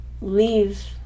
leave